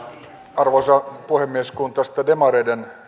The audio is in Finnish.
arvoisa puhemies kun tästä demareiden